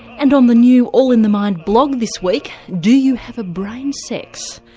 and on the new all in the mind blog this week, do you have a brain sex?